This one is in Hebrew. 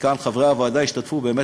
שחברי הוועדה כאן השתתפו בהם,